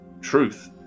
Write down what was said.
truth